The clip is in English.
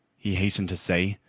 he hastened to say.